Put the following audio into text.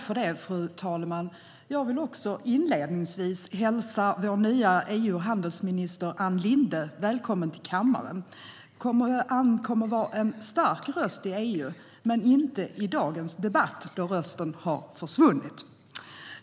Fru talman! Jag vill inledningsvis också hälsa vår nya EU och handelsminister Ann Linde välkommen till kammaren. Ann kommer att vara en stark röst i EU men inte i dagens debatt då rösten har försvunnit.